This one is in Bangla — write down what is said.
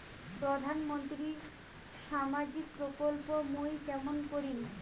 প্রধান মন্ত্রীর সামাজিক প্রকল্প মুই কেমন করিম?